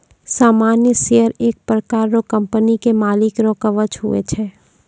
सामान्य शेयर एक प्रकार रो कंपनी के मालिक रो कवच हुवै छै